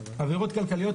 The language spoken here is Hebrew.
עבירות כלכליות,